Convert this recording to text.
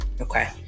Okay